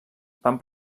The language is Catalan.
van